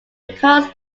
because